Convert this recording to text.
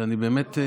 שאני באמת,